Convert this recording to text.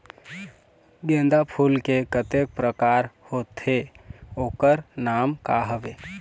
गेंदा फूल के कतेक प्रकार होथे ओकर नाम का हवे?